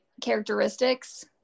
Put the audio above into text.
characteristics